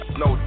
no